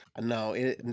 No